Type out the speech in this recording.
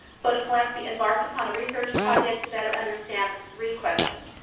photophilanthropy embarked upon a research project to better understand three questions.